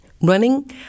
running